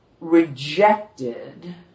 rejected